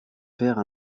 pere